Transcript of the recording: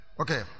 Okay